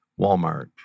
Walmart